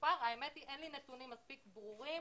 האמת היא אין לי נתונים מספיק ברורים